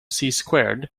squared